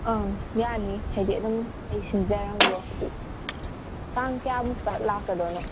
ꯑꯪ ꯌꯥꯅꯤ ꯍꯥꯏꯕꯗꯤ ꯑꯗꯨꯝ ꯑꯩ ꯁꯤꯟꯖꯔꯝꯒꯦ ꯍꯥꯏꯕꯗꯤ ꯇꯥꯡ ꯀꯌꯥꯃꯨꯛꯇ ꯂꯥꯛꯀꯗꯣꯏꯅꯣ